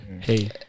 hey